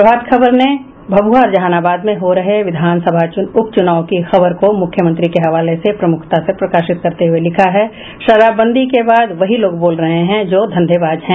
प्रभात खबर ने भभुआ और जहानाबाद में हो रहे विधानसभा उपचुनाव की खबर को मुख्यमंत्री के हवाले से प्रमुखता से प्रकाशित करते हुए लिखा है शराबबंदी के बाद वही लोग बोल रहे हैं जो धंधेबाज हैं